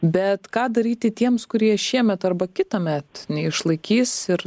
bet ką daryti tiems kurie šiemet arba kitąmet neišlaikys ir